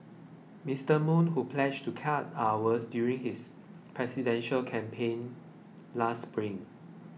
Mr Moon who pledged to cut hours during his presidential campaign last spring